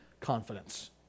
confidence